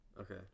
Okay